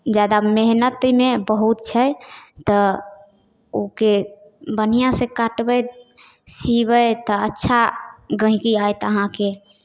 जादा मेहनति ओहिमे बहुत छै तऽ ओहिके बढ़िआँसँ काटबै सिबै तऽ अच्छा गहिँकी आएत अहाँके